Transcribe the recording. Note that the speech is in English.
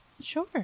Sure